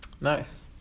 nice